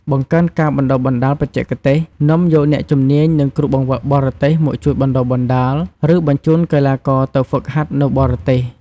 បង្កើនការបណ្ដុះបណ្ដាលបច្ចេកទេស នាំយកអ្នកជំនាញ និងគ្រូបង្វឹកបរទេសមកជួយបណ្ដុះបណ្ដាល ឬបញ្ជូនកីឡាករទៅហ្វឹកហាត់នៅបរទេស។